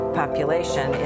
population